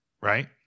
right